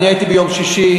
אני הייתי ביום שישי.